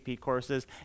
courses